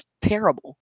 terrible